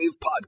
podcast